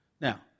Now